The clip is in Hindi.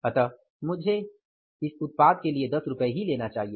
अतः मुझसे इस उत्पाद के लिए 10 रुपए ही लेना चाहिए